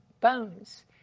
bones